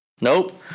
Nope